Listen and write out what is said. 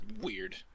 weird